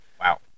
Wow